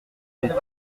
les